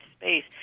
space